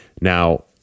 Now